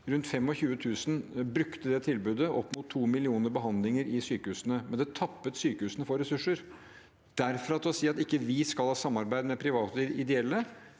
Rundt 25 000 brukte det tilbudet, det var opp mot to millioner behandlinger i sykehusene, men det tappet sykehusene for ressurser. Derfra til å si at vi ikke skal ha samarbeid med private og ideelle,